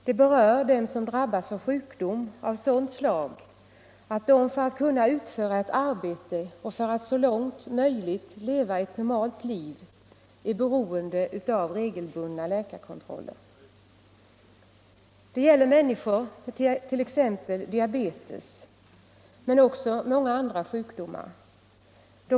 Det gäller dem som drabbas av sjukdom av sådant slag att de för att kunna utföra ett arbete och så långt möjligt leva ett normalt liv är beroende av regelbundna läkarkontroller. Det gäller människor med t.ex. diabetes men också många andra sjukdomar.